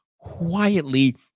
quietly